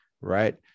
Right